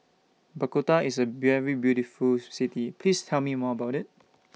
Bogota IS A very beautiful City Please Tell Me More about IT